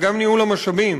אלא גם ניהול המשאבים.